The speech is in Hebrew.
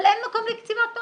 אבל אין מקום לקציבת עונש.